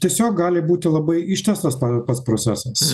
tiesiog gali būti labai ištęstas pats procesas